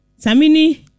Samini